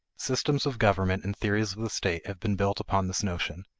systems of government and theories of the state have been built upon this notion,